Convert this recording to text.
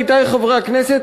עמיתי חברי הכנסת,